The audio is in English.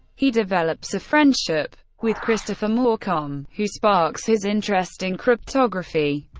he develops a friendship with christopher morcom, who sparks his interest in cryptography,